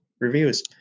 Reviews